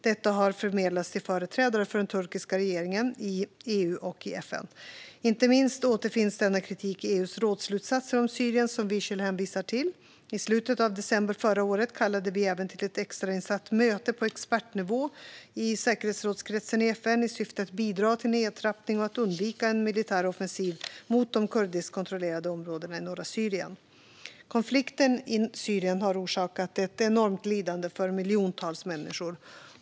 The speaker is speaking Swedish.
Detta har förmedlats till företrädare för den turkiska regeringen, i EU och i FN. Inte minst återfinns denna kritik i EU:s rådsslutsatser om Syrien, som Wiechel hänvisar till. I slutet av december förra året kallade vi även till ett extrainsatt möte på expertnivå i säkerhetsrådskretsen i FN i syfte att bidra till nedtrappning och undvika en militär offensiv mot de kurdiskkontrollerade områdena i norra Syrien. Konflikten i Syrien har orsakat ett enormt lidande för miljontals människor.